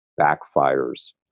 backfires